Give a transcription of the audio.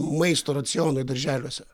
maisto racionui darželiuose